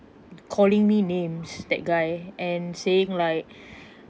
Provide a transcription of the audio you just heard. calling me names that guy and saying like